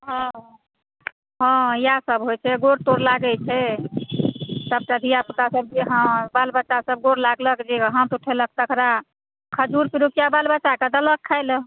हँ हँ इएह सब होइ छै गोर तोर लागै छै सबटा धियापुता सब हँ बाल बच्चा सब गोर लागलक जे हाथ उठेलक तकरा खजूर पुरिकिया बाल बच्चाकेँ देलक खाय लए